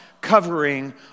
covering